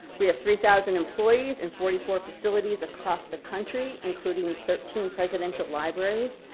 we have three thousand employees and forty four facilities across the country, including thirteen presidential libraries.